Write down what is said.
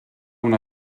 una